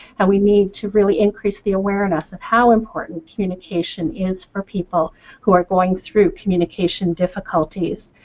how we need to really increase the awareness of how important communication is for people who are going through communication difficulties.